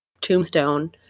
tombstone